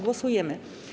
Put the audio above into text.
Głosujemy.